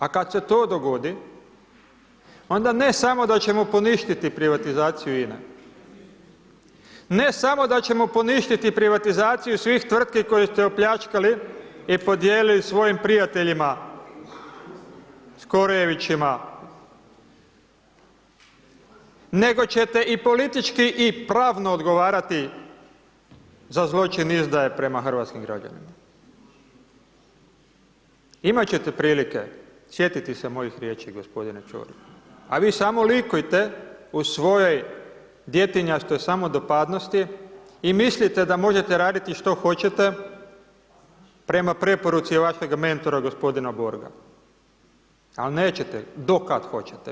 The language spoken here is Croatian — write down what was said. A kad se to dogodi, onda ne samo da ćemo poništiti privatizaciju INA-e, ne samo da ćemo poništiti privatizaciju svih tvrtki koje ste opljačkali i podijelili svojim prijateljima, skorojevićima, nego ćete i politički i pravno odgovarati za zločin izdaje prema hrvatskim građanima- Imat ćete prilike sjetiti se mojih riječi g. Ćorić, a vi samo likujete u svojoj djetinjastoj samodopadnosti i mislite da možete raditi što hoćete, prema preporuci vašeg mentora g. Borga, al nećete do kad hoćete.